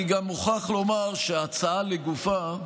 אני גם מוכרח לומר שההצעה לגופה,